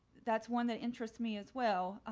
that's one that interests me as well.